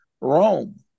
Rome